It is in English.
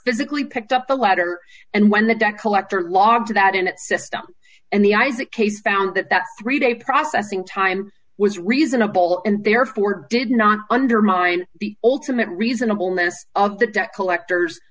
physically picked up the ladder and when the debt collector logged to that in that system and the isaac case found that that three day processing time was reasonable and therefore did not undermine the ultimate reasonable notice of the debt collectors